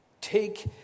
Take